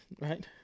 right